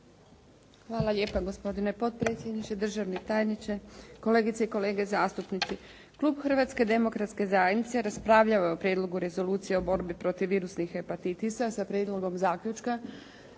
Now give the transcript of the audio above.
Hvala lijepa. Gospodine potpredsjedniče, državni tajniče, kolegice i kolege zastupnici. Klub Hrvatske demokratske zajednice raspravljao je o Prijedlogu rezolucije o borbi protiv virusnih hepatitisa sa prijedlogom zaključka.